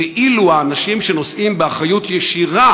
ואילו האנשים שנושאים באחריות ישירה